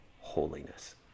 holiness